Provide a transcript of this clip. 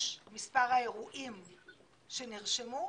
מספר האירועים שנרשמו,